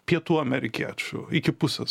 pietų amerikiečių iki pusės